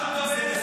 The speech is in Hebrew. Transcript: על מה אתה מדבר,